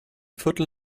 viertel